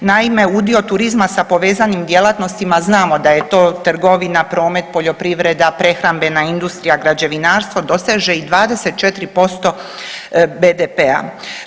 Naime, udio turizma sa povezanim djelatnostima znamo da je to trgovina, promet, poljoprivreda, prehrambena industrija, građevinarstvo, doseže i 24% BDP-a.